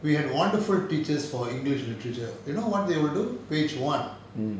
we had wonderful teachers for english literature you know what they will do page one